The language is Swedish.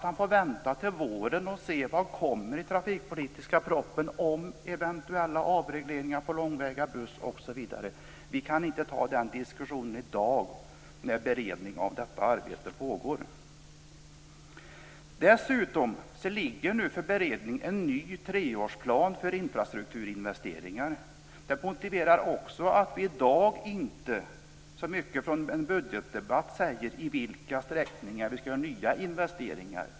Han får vänta till våren och se vilka förslag som kommer i den trafikpolitiska propositionen om eventuella avregleringar för långväga busstrafik osv. Vi kan inte ta den diskussionen i dag när beredning av denna fråga pågår. Dessutom ligger för beredning en ny treårsplan för infrastrukturinvesteringar. Också det motiverar att vi i dag inte i en budgetdebatt säger på vilka sträckningar vi skall ha nya investeringar.